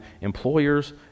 employers